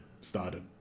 started